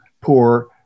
poor